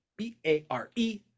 B-A-R-E